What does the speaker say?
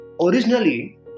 Originally